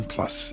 Plus